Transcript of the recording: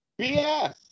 BS